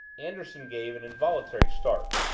anderson gave an involuntary start,